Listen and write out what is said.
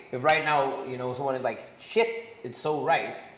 if right now, you know, someone is like, shit, it's so right,